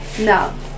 No